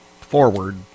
forward